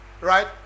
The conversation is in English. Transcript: right